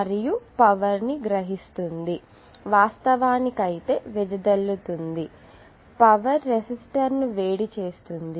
మరియు పవర్ ను గ్రహిస్తుంది వాస్తవానికి అయితే వెదజల్లుతుంది మరియు పవర్ రెసిస్టర్ను వేడి చేస్తుంది